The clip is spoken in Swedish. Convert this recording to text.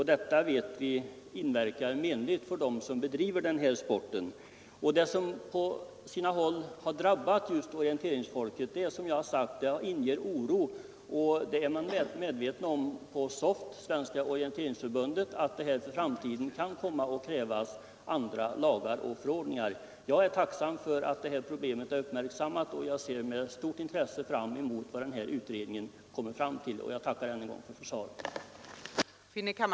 Detta inverkar menligt på orienteringssporten. Det som på sina håll har drabbat orienteringsfolket inger oro, och man är på SOF, Svenska orienteringsförbundet, medveten om att det för Nr 100 framtiden kan komma att krävas andra lagar och förordningar. Jag är Fredagen den tacksam för att problemet har uppmärksammats och ser med stort 25 maj 1973 intresse fram mot utredningens resultat. Jag tackar än en gång för svaret.